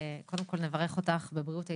קודם כל נברך אותך בבריאות איתנה,